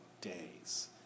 days